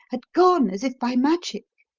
had gone as if by magic.